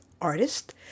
artist